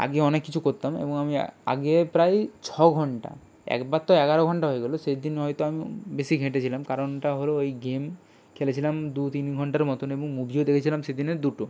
আগে অনেক কিছু করতাম এবং আমি আগে প্রায় ছ ঘণ্টা একবার তো এগারো ঘণ্টা হয়ে গেলো সেই দিন হয়তো আমি বেশি ঘেঁটেছিলাম কারণটা হলো ওই গেম খেলেছিলাম দু তিন ঘণ্টার মতন এবং মুভিও দেখেছিলাম সে দিনে দুটো